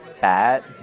bad